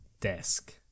desk